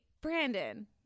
brandon